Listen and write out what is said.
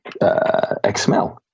XML